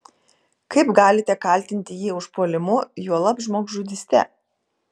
kaip galite kaltinti jį užpuolimu juolab žmogžudyste